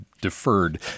deferred